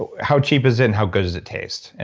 ah how cheap is it and how good does it taste? and